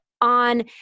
on